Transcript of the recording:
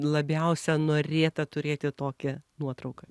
labiausia norėta turėti tokią nuotrauką